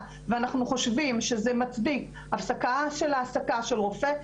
ואנחנו חושבים שזה מצדיק הפסקה של העסקה של רופא,